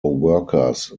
workers